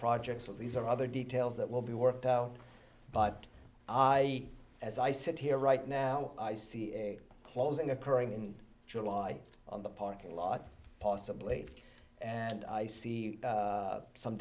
projects but these are other details that will be worked out but i as i sit here right now i see a closing occurring in july on the parking lot possibly and i see some